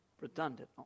redundant